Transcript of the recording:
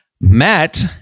Matt